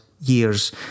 years